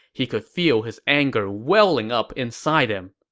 he could feel his anger welling up inside him.